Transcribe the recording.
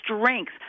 strength